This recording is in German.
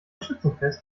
schützenfest